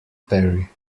perry